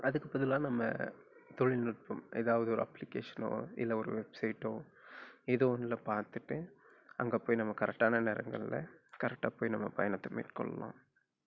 அதுக்கு பதிலாக நம்ம தொழில்நுட்பம் ஏதாவது ஒரு அப்ளிகேஷனோ இல்லை ஒரு வெப்சைட்டோ ஏதோ ஒன்றில் பார்த்துட்டு அங்கே போய் நம்ம கரெக்டான நேரங்களில் கரெக்டாக போய் நம்ம பயணத்தை மேற்கொள்ளலாம்